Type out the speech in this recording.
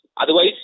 Otherwise